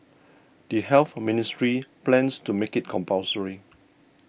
the Health Ministry plans to make it compulsory